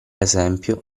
esempio